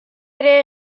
ere